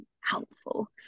helpful